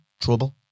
trouble